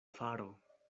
faro